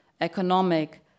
economic